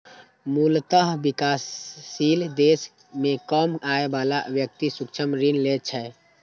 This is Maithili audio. मूलतः विकासशील देश मे कम आय बला व्यक्ति सूक्ष्म ऋण लै छै